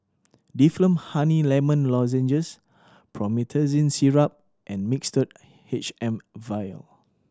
Difflam Honey Lemon Lozenges Promethazine Syrup and Mixtard H M Vial